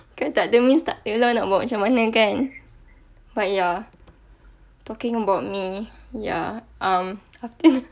kalau tak ada means tak ada lah nak buat macam mana kan but ya talking about me ya um